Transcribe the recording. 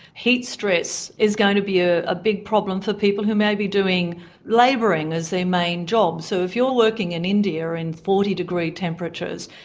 heat stress is going to be a ah big problem for people who may be doing labouring as their main job. so if you're working in india, in forty degree temperatures,